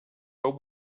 but